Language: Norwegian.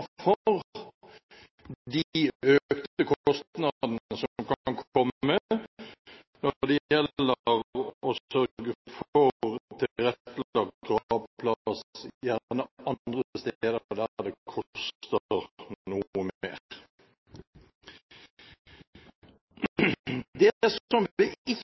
for de økte kostnadene som kan komme når det gjelder å sørge for tilrettelagt gravplass, gjerne andre steder der det